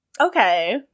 okay